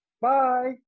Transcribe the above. Bye